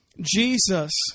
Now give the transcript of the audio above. Jesus